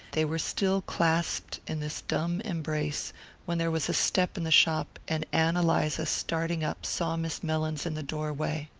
they were still clasped in this dumb embrace when there was a step in the shop and ann eliza, starting up, saw miss mellins in the doorway.